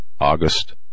August